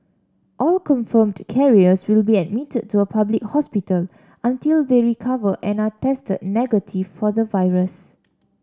all confirmed carriers will be admitted to a public hospital until they recover and are tested negative for the virus